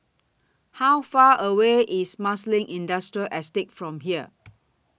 How Far away IS Marsiling Industrial Estate from here